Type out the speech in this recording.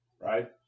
right